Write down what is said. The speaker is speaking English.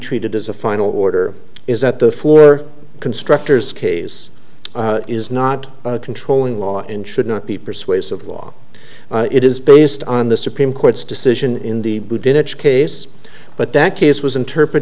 treated as a final order is that the four constructors case is not controlling law and should not be persuasive law it is based on the supreme court's decision in the boudinot case but that case was interpret